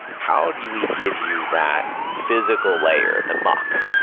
how do you we give you that physical layer to mock?